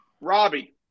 Robbie